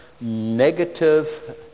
negative